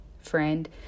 friend